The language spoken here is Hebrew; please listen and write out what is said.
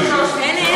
רחוק, תאמין לי.